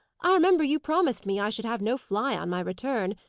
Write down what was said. i remember you promised me i should have no fly on my return.